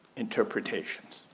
interpretations